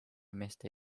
meeste